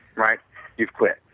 right you quit.